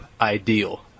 Ideal